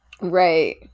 Right